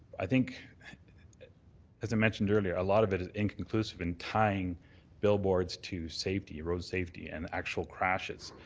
i think as i mentioned earlier, a lot of it is inclusive in tying billboards to safety, road safety, and actual crashes.